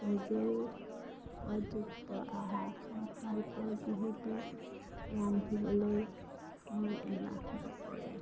নিজেও সোৱাদযুক্ত আহাৰ খাই ভালপাওঁ যিহেতু ৰান্ধিবলৈ মই এলাহ নকৰোঁ